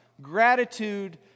gratitude